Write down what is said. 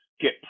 get